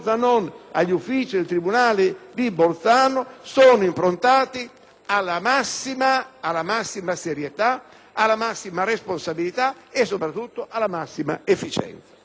alla massima serietà, alla massima responsabilità e, soprattutto, alla massima efficienza.